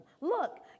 Look